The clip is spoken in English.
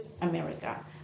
America